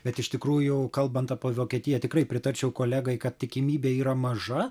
bet iš tikrųjų kalbant apie vokietiją tikrai pritarčiau kolegai kad tikimybė yra maža